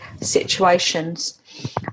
situations